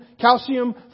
calcium